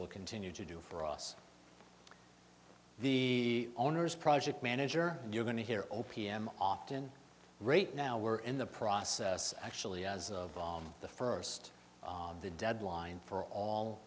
will continue to do for us the owners project manager and you're going to hear o p m often rate now we're in the process actually as of on the first of the deadline for all